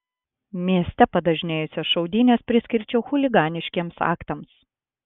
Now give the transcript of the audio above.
mieste padažnėjusias šaudynes priskirčiau chuliganiškiems aktams